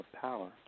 power